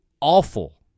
awful